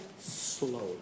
slowly